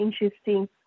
interesting